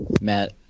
Matt